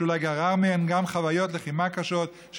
שאולי גרר מהן גם חוויות לחימה קשות,